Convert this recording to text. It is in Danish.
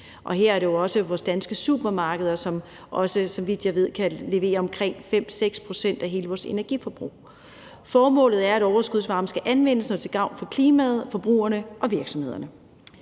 og her er det jo også vores danske supermarkeder, som, så vidt jeg ved, kan levere omkring 5-6 pct. af hele vores energiforbrug. Formålet er, at overskudsvarmen skal anvendes til gavn for klimaet, forbrugerne og virksomhederne.